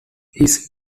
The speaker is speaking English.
his